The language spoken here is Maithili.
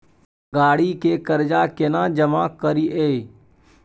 गाड़ी के कर्जा केना जमा करिए?